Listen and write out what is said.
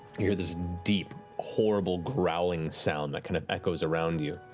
hear this deep horrible growling sound that kind of echoes around you.